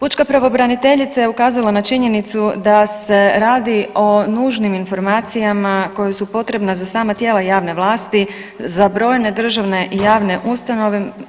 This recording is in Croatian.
Pučka pravobraniteljica je ukazala na činjenicu da se radi o nužnim informacijama koje se u potrebna za sama tijela javne vlasti, za brojne državne i javne